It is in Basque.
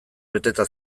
beteta